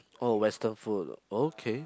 oh Western food okay